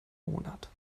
monat